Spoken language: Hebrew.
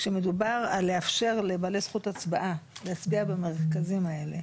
שמודבר על לאפשר לבעלי זכות הצבעה להצביע במרכזים האלה,